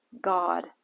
God